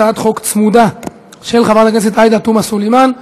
הצעת חוק צמודה של חברת הכנסת עאידה תומא סלימאן,